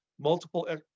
multiple